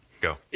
Go